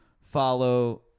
follow